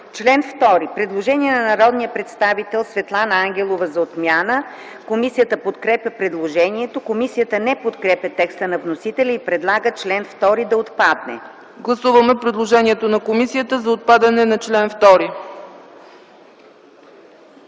чл. 2 има предложение на народния представител Светлана Ангелова за отмяна. Комисията подкрепя предложението. Комисията не подкрепя текста на вносителя и предлага чл. 2 да отпадне. ПРЕДСЕДАТЕЛ ЦЕЦКА ЦАЧЕВА: Гласуваме предложението на комисията за отпадане на чл. 2.